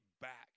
back